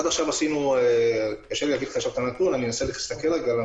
קשה לי להגיד לך כרגע את הנתון, אנסה להסתכל עליו.